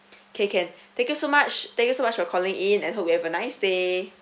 okay can thank you so much thank you so much for calling in and hope you have a nice day